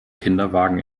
kinderwagen